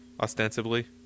Ostensibly